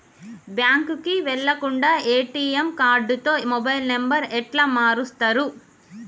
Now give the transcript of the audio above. బ్యాంకుకి వెళ్లకుండా ఎ.టి.ఎమ్ కార్డుతో మొబైల్ నంబర్ ఎట్ల మారుస్తరు?